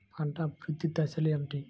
పంట అభివృద్ధి దశలు ఏమిటి?